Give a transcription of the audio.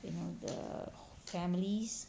you know the families